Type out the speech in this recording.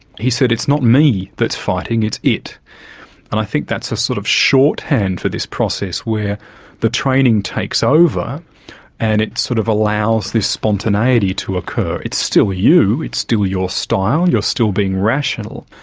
he said, it's not me that's fighting, it's it. and i think that's a sort of shorthand for this process where the training takes over and it sort of allows this spontaneity to occur. it's still you, it's still your style, and you're still being rational,